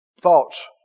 thoughts